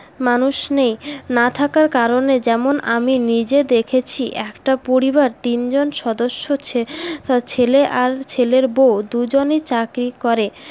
মানুষ নেই না থাকার কারণে যেমন আমি নিজে দেখেছি একটা পরিবার তিনজন সদস্য ছেলে আর ছেলের বউ দুজনে চাকরি করে